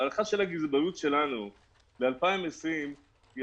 ההערכה של הגזברות שלנו ב-2020 היא